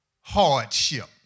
hardship